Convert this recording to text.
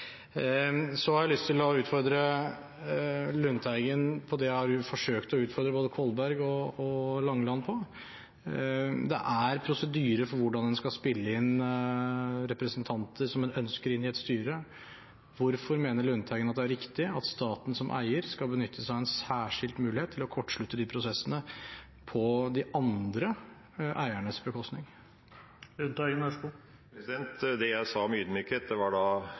har lyst til å utfordre Lundteigen på det jeg har forsøkt å utfordre både Kolberg og Langeland på. Det er prosedyrer for hvordan man skal spille inn representanter som en ønsker inn i et styre. Hvorfor mener Lundteigen det er riktig at staten som eier skal benytte seg av en særskilt mulighet til å kortslutte disse prosessene på de andre eiernes bekostning? Det jeg sa om ydmykhet, var en forståelse jeg hadde av det som var